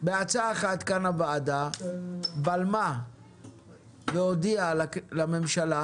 בהצעת חוק אחת הוועדה בלמה והודיעה לממשלה